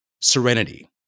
serenity